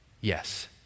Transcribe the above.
yes